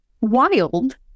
wild